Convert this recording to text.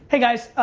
hey, guys.